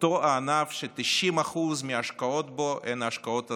אותו הענף ש-90% מההשקעות בו הן השקעות זרות.